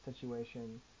situation